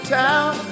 town